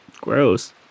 Gross